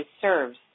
serves